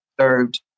served